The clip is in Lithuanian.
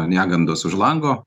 negandos už lango